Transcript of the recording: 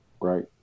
Right